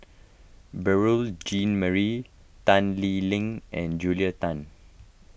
Beurel Jean Marie Tan Lee Leng and Julia Tan